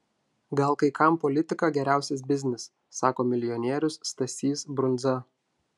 gal kai kam politika geriausias biznis sako milijonierius stasys brundza